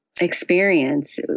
experience